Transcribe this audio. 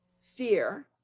fear